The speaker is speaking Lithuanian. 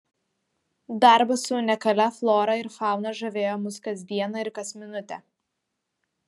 darbas su unikalia flora ir fauna žavėjo mus kas dieną ir kas minutę